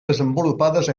desenvolupades